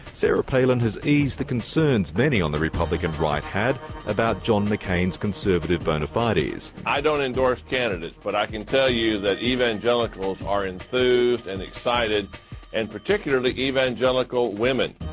sarah palin has eased the concerns many on the republican right had about john mccain's conservative bona fides. i don't endorse candidates but i can tell you that evangelicals are enthused and excited and particularly evangelical women.